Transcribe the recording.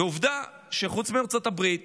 ועובדה היא שחוץ מארצות הברית